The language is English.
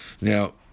now